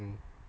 mm